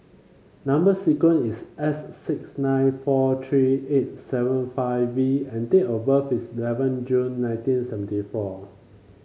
number sequence is S six nine four three eight seven five V and date of birth is eleven June nineteen seventy four